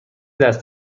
دست